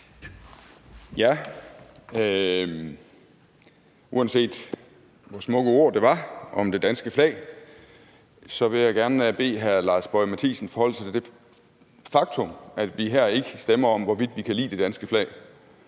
Uanset hvor smukke ord det var om det danske flag, vil jeg gerne bede hr. Lars Boje Mathiesen forholde sig til det faktum, at vi her ikke stemmer om, hvorvidt vi kan lide det danske flag,